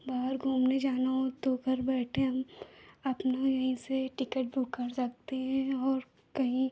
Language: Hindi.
बाहर घूमने जाना हो तो घर बैठे हम अपनी यहीं से टिकट बुक कर सकते हैं और कहीं